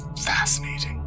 fascinating